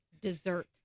Dessert